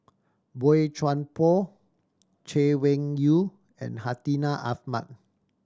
Boey Chuan Poh Chay Weng Yew and Hartinah Ahmad